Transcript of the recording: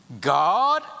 God